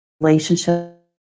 relationship